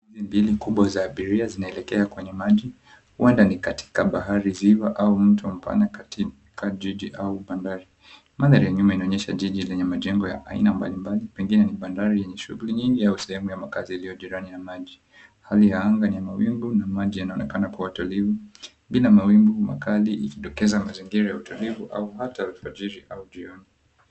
Feri mbili kubwa za abiria zinaelekea kwenye maji huenda ni katika bahari ziwa au mto mpana katika jiji au bandari. Mandhari ya nyuma inaonyesha jiji lenye majengo ya aina mbali mbali pengine ni bandari yanye shughuli nyingi au sehemu ya makazi iliyo jirani ya maji. Hali ya anga ni ya mawingu na maji yanaonekana kua tulivu bila mawingu makali ikidokeza mazingira ya utulivu hata alfajiri au jioni.